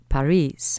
Paris